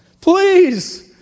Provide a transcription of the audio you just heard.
Please